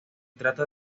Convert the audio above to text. trata